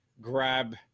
grab